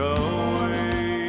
away